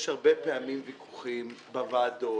יש הרבה פעמים ויכוחים בוועדות,